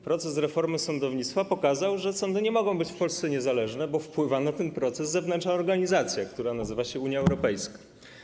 Proces reformy sądownictwa pokazał, że sądy nie mogą być w Polsce niezależne, bo na ten proces wpływa zewnętrzna organizacja, która nazywa się: Unia Europejska.